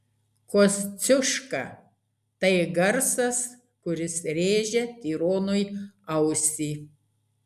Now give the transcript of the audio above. kosciuška tai garsas kuris rėžia tironui ausį